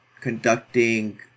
conducting